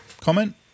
comment